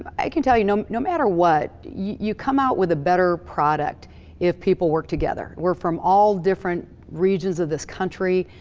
i can tell you, know no matter what, you come out with a better product if people work together. we're from all different regions of this country.